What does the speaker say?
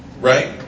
Right